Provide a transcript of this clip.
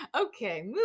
Okay